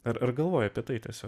ar ar galvoj apie tai tiesiog